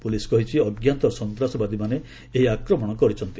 police କହିଛି ଅଜ୍ଞାତ ସନ୍ତାସବାଦୀମାନେ ଏହି ଆକ୍ରମଣ କରିଛନ୍ତି